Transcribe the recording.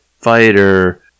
fighter